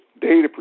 data